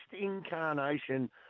incarnation